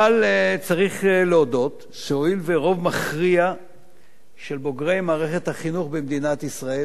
אבל צריך להודות שהואיל ורוב מכריע של בוגרי מערכת החינוך במדינת ישראל,